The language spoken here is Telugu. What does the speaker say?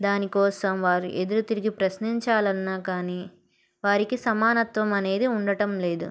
దానికోసం వారు ఎదురు తిరిగి ప్రశ్నించాలన్నా కానీ వారికి సమానత్వం అనేది ఉండటం లేదు